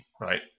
right